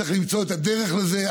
צריך למצוא את הדרך לזה.